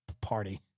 party